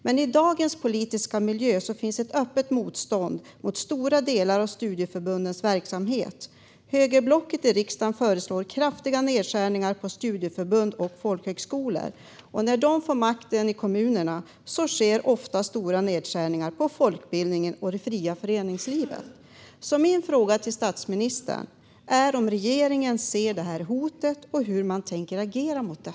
Men i dagens politiska miljö finns ett öppet motstånd mot stora delar av studieförbundens verksamhet. Högerblocket i riksdagen föreslår kraftiga nedskärningar på studieförbund och folkhögskolor, och när de får makten i kommunerna sker ofta stora nedskärningar på folkbildningen och det fria föreningslivet. Min fråga till statsministern är om regeringen ser detta hot och hur man tänker agera mot det.